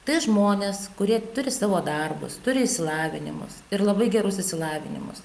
tai žmonės kurie turi savo darbus turi išsilavinimus ir labai gerus išsilavinimus